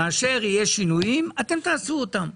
כאשר יש שינויים אתם תעשו אותם.